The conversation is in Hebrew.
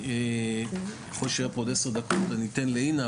אני אתן לאינה,